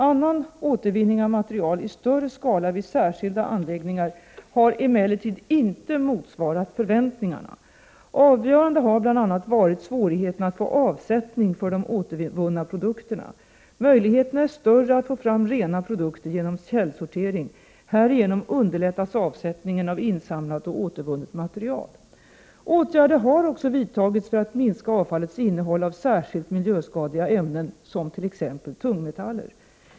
Annan återvinning av material i större skala vid särskilda anläggningar har emellertid inte motsvarat förväntningarna. Avgörande har bl.a. varit svårigheterna att få avsättning för de återvunna produkterna. Möjligheterna är större att få fram rena produkter genom källsortering. Härigenom underlättas avsättningen av insamlat och återvunnet material. Åtgärder har också vidtagits för att minska avfallets innehåll av särskilt miljöskadliga ämnen, t.ex. tungmetaller.